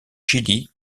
chili